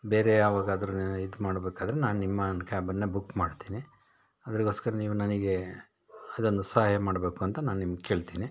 ಬೇರೆ ಯಾವಾಗಾದರೂ ಇದು ಮಾಡ್ಬೇಕಾದ್ರೆ ನಾನು ನಿಮ್ಮ ಒಂದು ಕ್ಯಾಬನ್ನೇ ಬುಕ್ ಮಾಡ್ತೇನೆ ಅದುಗೋಸ್ಕರ ನೀವು ನನಗೆ ಅದೊಂದು ಸಹಾಯ ಮಾಡಬೇಕು ಅಂತ ನಾನು ನಿಮ್ಗೆ ಕೇಳ್ತೀನಿ